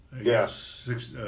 Yes